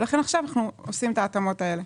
ולכן עכשיו אנחנו עושים את ההתאמות האלה.